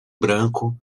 branco